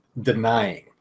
denying